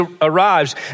arrives